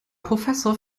professor